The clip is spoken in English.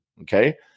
Okay